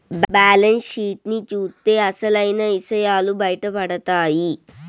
balance sheet ని చూత్తే అసలైన ఇసయాలు బయటపడతాయి